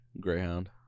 Greyhound